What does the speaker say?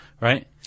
Right